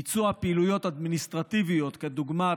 ביצוע פעילויות אדמיניסטרטיביות דוגמת